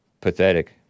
Pathetic